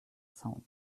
sound